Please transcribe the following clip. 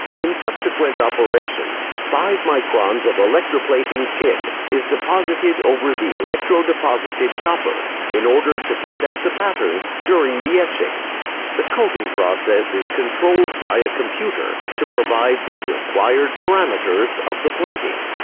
in subsequent operations, five microns of tin electroplating tin is deposited over the electro-deposited copper, in order to protect the pattern during the etching the coating process is controlled by a computer to provide the required parameters of the plating.